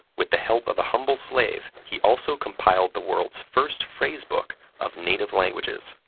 with the help of a humble slave, he also compiled the world's first phrase book of native languages.